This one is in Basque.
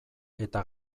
eta